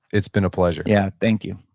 it's been a pleasure yeah, thank you.